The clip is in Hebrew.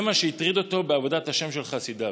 זה מה שהטריד אותו בעבודת השם של חסידיו.